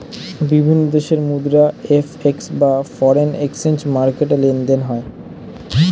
বিভিন্ন দেশের মুদ্রা এফ.এক্স বা ফরেন এক্সচেঞ্জ মার্কেটে লেনদেন হয়